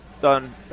done